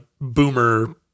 boomer